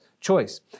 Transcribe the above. choice